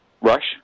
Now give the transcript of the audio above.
rush